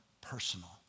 personal